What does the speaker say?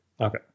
Okay